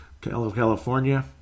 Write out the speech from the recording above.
California